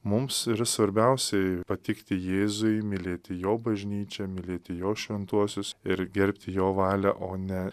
mums ir svarbiausiai patikti jėzui mylėti jo bažnyčią mylėti jo šventuosius ir gerbti jo valią o ne